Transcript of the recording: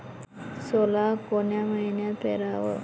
सोला कोन्या मइन्यात पेराव?